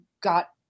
got